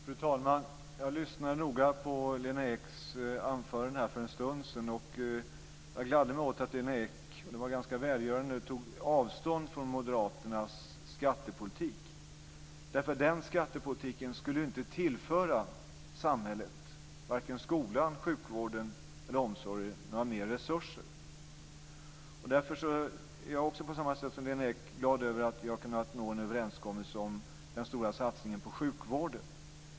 Fru talman! Jag lyssnade noga på Lena Eks anförande för en stund sedan, och det var ganska välgörande att hon tog avstånd ifrån moderaternas skattepolitik. Den skattepolitiken skulle inte tillföra samhället några ytterligare resurser, vare sig till skolan, sjukvården eller omsorgen. Därför är jag på samma sätt som Lena Ek glad över att vi har nått en överenskommelse om en stor satsning på sjukvården.